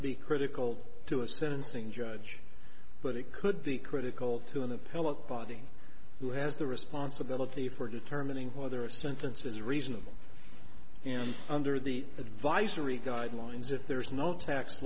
be critical to a sentencing judge but it could be critical to the body who has the responsibility for determining whether a sentence is reasonable and under the advisory guidelines if there is no tax